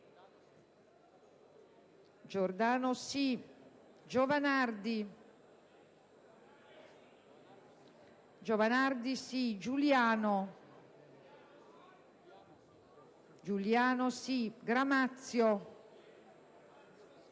Giordano, Giovanardi, Giuliano, Gramazio,